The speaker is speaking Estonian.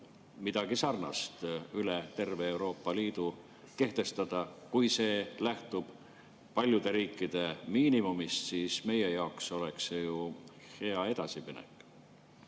midagi sarnast üle terve Euroopa Liidu kehtestada. Kui see lähtuks paljude riikide miinimumist, siis meie jaoks oleks see ju hea edasiminek.